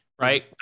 right